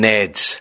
Neds